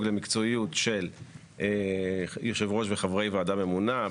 למקצועיות של יושב ראש וחברי ועדה ממונה,